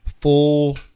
full